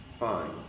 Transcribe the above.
Fine